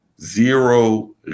zero